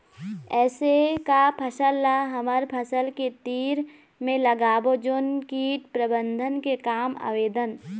ऐसे का फसल ला हमर फसल के तीर मे लगाबो जोन कीट प्रबंधन के काम आवेदन?